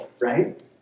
right